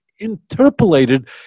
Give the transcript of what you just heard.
interpolated